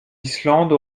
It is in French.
islande